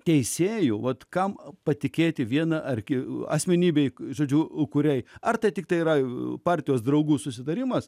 teisėjų vat kam patikėti vieną argi asmenybei žodžiu kuriai ar tai tiktai yra partijos draugų susitarimas